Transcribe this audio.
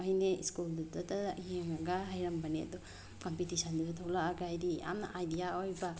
ꯑꯩꯅ ꯁ꯭ꯀꯨꯜꯗꯨꯇꯗ ꯌꯦꯡꯉꯒ ꯍꯩꯔꯝꯕꯅꯦ ꯑꯗꯣ ꯀꯝꯄꯤꯇꯤꯁꯟꯗꯨꯗ ꯊꯣꯛꯂꯛꯑꯒ ꯍꯥꯏꯗꯤ ꯌꯥꯝꯅ ꯑꯥꯏꯗꯤꯌꯥ ꯑꯣꯏꯕ